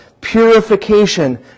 purification